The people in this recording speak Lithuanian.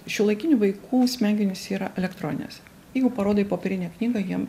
šiuolaikinių vaikų smegenys yra elektroninės jeigu parodai popierinę knyga jiem